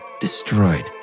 destroyed